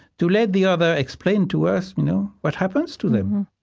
to let the other explain to us you know what happens to them,